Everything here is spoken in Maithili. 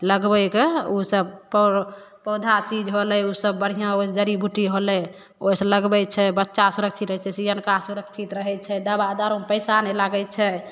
लगबै के ऊसब पौ पौधा चीज होलै ऊसब बढ़ियाँ ओइ जड़ी बूटी होलै ओ सब लगबै छै बच्चा सुरक्षित रहै छै सियनका सुरक्षित रहै छै दवा दारु मे पैसा नै लागै छै